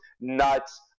nuts